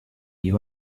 you